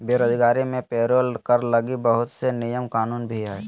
बेरोजगारी मे पेरोल कर लगी बहुत से नियम कानून भी हय